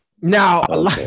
Now